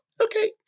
okay